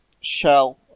shell